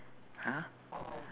!huh!